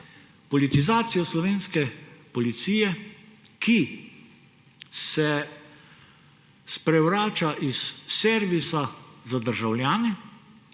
politizacijo slovenske policije, ki se sprevrača iz servisa za državljane